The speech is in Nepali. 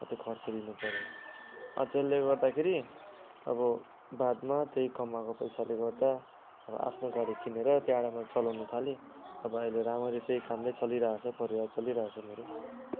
त्यो खर्च दिनु पऱ्यो त्यसले गर्दाखेरि अब बादमा त्यहीँ कमाएको पैसाले गर्दा अब आफ्नो गाडी किनेर त्यहाँबाट मैले चलाउनु थालेँ अब अहिले राम्ररी त्यहीँ काम नै चलिरहेको छ परिवार चलिरहेको छ मेरो